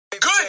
good